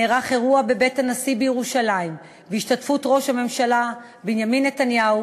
נערך אירוע בבית הנשיא בירושלים בהשתתפות ראש הממשלה בנימין נתניהו,